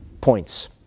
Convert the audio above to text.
points